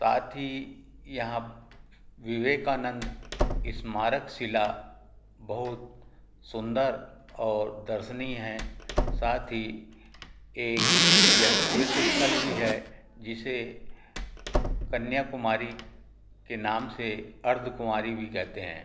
साथ ही यहाँ विवेकानंद स्मारक शिला बहुत सुंदर और दर्शनीय है साथ ही एक यह तीर्थ स्थल भी है जिसे कन्याकुमारी के नाम से अर्धकुमारी भी कहते है